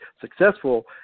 successful